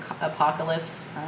apocalypse